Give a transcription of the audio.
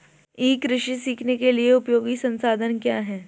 ई कृषि सीखने के लिए उपयोगी संसाधन क्या हैं?